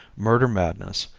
murder madness,